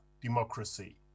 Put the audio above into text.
Democracy